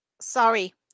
Sorry